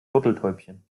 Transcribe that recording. turteltäubchen